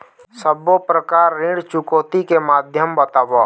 सब्बो प्रकार ऋण चुकौती के माध्यम बताव?